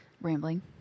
rambling